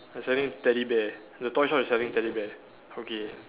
they're selling teddy bear the toy shop is selling teddy bear okay